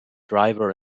driver